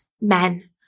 men